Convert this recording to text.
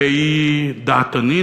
והיא דעתנית.